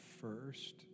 first